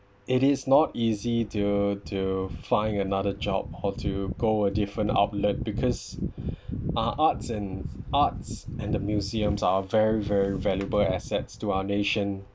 it is not easy to to find another job or to go a different outlet because our arts and arts and the museums are very very valuable assets to our nation